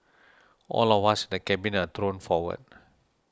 all of us in the cabin are thrown forward